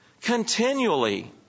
continually